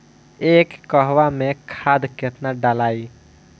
एक कहवा मे खाद केतना ढालाई?